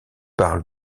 parle